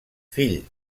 fill